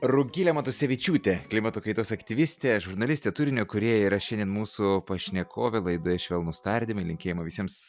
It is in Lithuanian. rugilė matusevičiūtė klimato kaitos aktyvistė žurnalistė turinio kūrėja yra šiandien mūsų pašnekovė laidoje švelnūs tardymai linkėjimai visiems